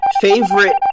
Favorite